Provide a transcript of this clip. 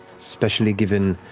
especially given